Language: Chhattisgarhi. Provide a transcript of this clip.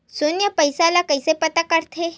शून्य पईसा ला कइसे पता करथे?